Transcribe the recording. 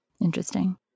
Interesting